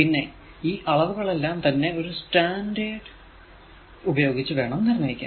പിന്നെ ഈ അളവുകൾ എല്ലാം തന്നെ ഒരു സ്റ്റാൻഡേർഡ് ഉപയോഗിച്ച് വേണം നിർണയിക്കാൻ